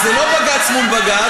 אז זה לא בג"ץ מול בג"ץ,